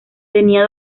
tenía